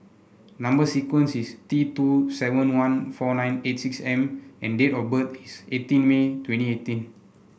number sequence is T two seven one four nine eight six M and date of birth is eighteen May twenty eighteen